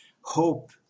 hope